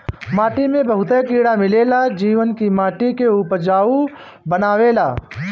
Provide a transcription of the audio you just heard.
माटी में बहुते कीड़ा मिलेला जवन की माटी के उपजाऊ बनावेला